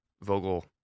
Vogel